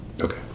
Okay